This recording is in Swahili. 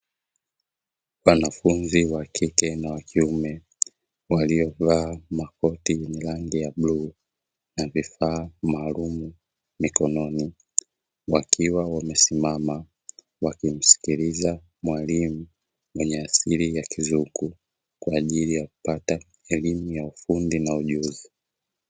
Wanafunzi wa kike na wa kiume, waliovaa makoti yenye rangi ya bluu, na vifaa maalumu mikononi wakiwa wamesimama wakimsikiliza mwalimu mwenye asili ya kizungu, kwa ajili ya kupata elimu ya ufundi na ujuzi.